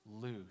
lose